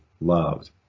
loved